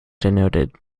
denoted